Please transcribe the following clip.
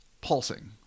pulsing